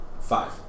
five